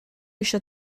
eisiau